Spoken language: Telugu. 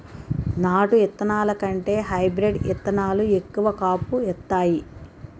నాటు ఇత్తనాల కంటే హైబ్రీడ్ ఇత్తనాలు ఎక్కువ కాపు ఇత్తాయి